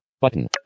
Button